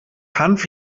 hanf